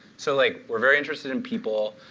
so like we're very interested in people.